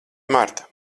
marta